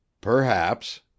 Perhaps